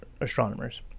astronomers